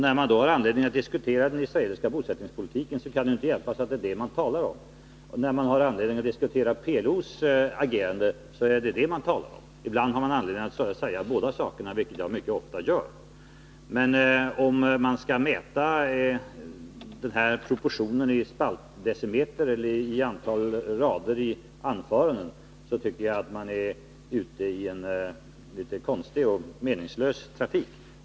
När man har anledning att diskutera den israeliska bosättningspolitiken talar man om den, och när man har anledning att diskutera PLO:s agerande talar man om det. Ibland har man anledning att kritisera båda sakerna, vilket jag mycket ofta gör. Men om man vill mäta den här proportionen i spaltdecimeter eller i antal rader i anföranden tycker jag att man är ute i en konstig och meningslös trafik.